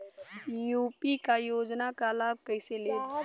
UP क योजना क लाभ कइसे लेब?